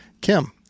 Kim